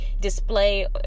display